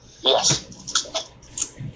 Yes